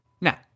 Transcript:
now